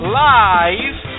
live